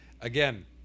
again